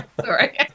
Sorry